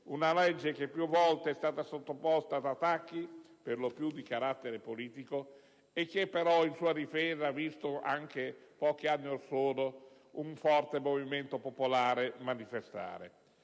Una legge che più volte è stata sottoposta ad attacchi, per lo più di carattere politico, e che però in sua difesa ha visto, anche pochi anni or sono, un forte movimento popolare manifestare.